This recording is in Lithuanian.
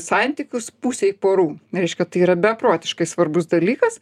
santykius pusei porų reiškia tai yra beprotiškai svarbus dalykas